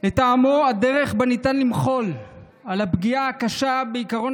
"לטעמי הדרך שבה ניתן למחול על הפגיעה הקשה בעקרון